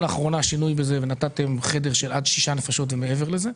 לאחרונה עשיתם בזה שינוי ונתתם חדר של עד שש נפשות ומעבר לזה,